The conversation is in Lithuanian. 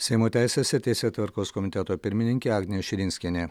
seimo teisės ir teisėtvarkos komiteto pirmininkė agnė širinskienė